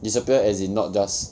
disappear as in not just